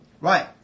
Right